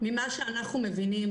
ממה שאנחנו מבינים,